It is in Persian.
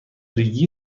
ریگی